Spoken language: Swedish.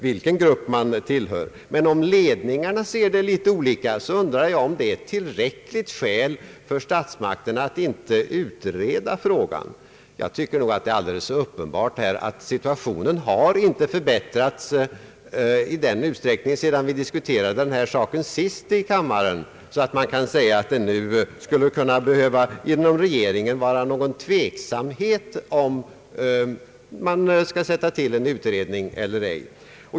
Om topporganisationernas ledningar ser litet olika på frågan undrar jag huruvida det är tillräckligt skäl för statsmakterna att inte utreda frågan. Det förefaller mig alldeles uppenbart att situationen inte har förbättrats i den utsträckning, sedan vi sist diskuterade detta i kammaren, att man kan säga att någon tveksamhet inom regeringen nu skulle vara motiverad i frågan om utredning eller ej.